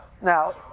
Now